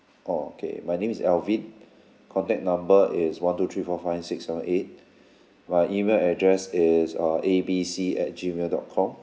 orh okay my name is alvin contact number is one two three four five six seven eight my email address is uh A B C at gmail dot com